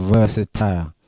Versatile